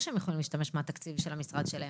שהם יכולים להשתמש מהתקציב של המשרד שלהם,